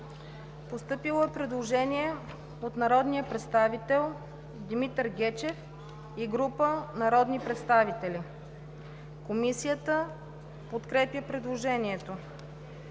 Постъпило е предложение от народния представител Димитър Гечев и група народни представители. Комисията подкрепя предложението.